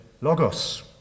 logos